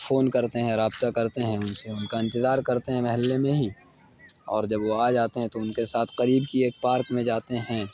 phone کرتے ہیں رابطہ کرتے ہیں ان سے ان کا انتظار کرتے ہیں محلے میں ہی اور جب وہ آ جاتے ہیں تو ان کے ساتھ قریب کی ایک پارک میں جاتے ہیں